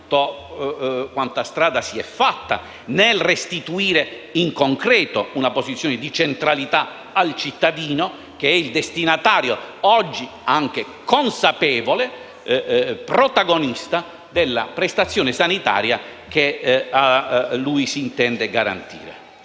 quanta strada si è fatta nel restituire in concreto una posizione di centralità al cittadino, che è il destinatario (oggi anche consapevole e protagonista) della prestazione sanitaria che a lui si intende garantire.